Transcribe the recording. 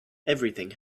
everything